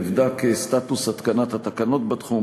נבדקו סטטוס התקנת התקנות בתחום,